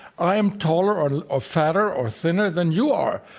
i am taller or ah fatter, or thinner than you are.